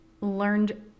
learned